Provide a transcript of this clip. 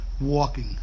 walking